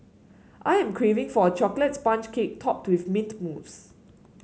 I am craving for a chocolate sponge cake topped with mint mousse